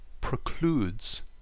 precludes